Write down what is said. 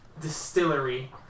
distillery